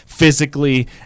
Physically